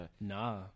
Nah